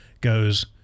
goes